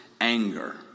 anger